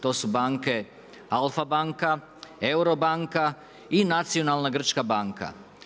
To su banke, Alfa banka, Euro banka i Nacionalna grčka banka.